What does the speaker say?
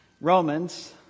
Romans